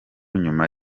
nyuma